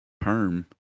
perm